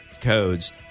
codes